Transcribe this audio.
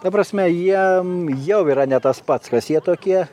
ta prasme jie jau yra ne tas pats kas jie tokie